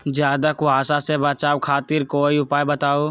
ज्यादा कुहासा से बचाव खातिर कोई उपाय बताऊ?